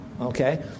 okay